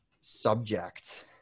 subject